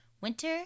Winter